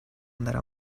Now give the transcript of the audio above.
andare